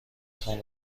تان